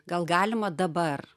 gal galima dabar